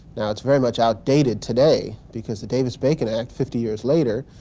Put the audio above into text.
now it's very much outdated today, because the davis-bacon act, fifty years later,